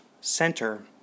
center